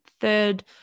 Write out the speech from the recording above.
third